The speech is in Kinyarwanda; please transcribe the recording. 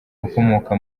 ukomoka